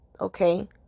okay